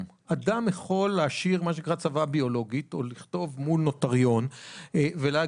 לא, לא אולי לא הבנת, עיניך בראשך, אתה יודע